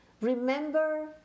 Remember